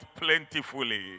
plentifully